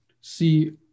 see